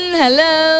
hello